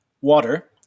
water